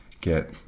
get